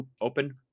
open